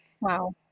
Wow